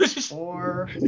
Four